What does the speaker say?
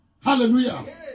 Hallelujah